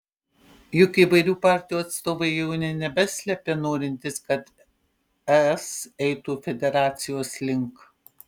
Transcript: juk įvairių partijų atstovai jau nė nebeslepia norintys kad es eitų federacijos link